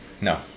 No